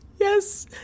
Yes